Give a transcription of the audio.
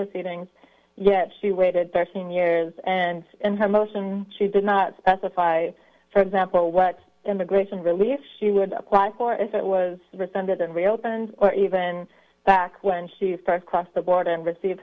proceedings yet she waited thirteen years and in her motion she did not specify for example what immigration relief she would apply for if it was rescinded and reopened or even back when she st crossed the border and receive